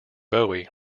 bowie